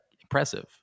impressive